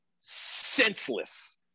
senseless